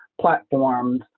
platforms